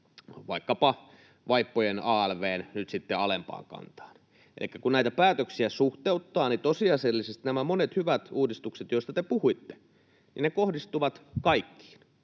vaikkapa tämän vaippojen alv:n nyt sitten alempaan kantaan. Elikkä kun näitä päätöksiä suhteuttaa, niin tosiasiallisesti nämä monet hyvät uudistukset, joista te puhuitte, kohdistuvat kaikkiin,